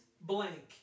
blank